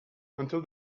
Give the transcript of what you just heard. until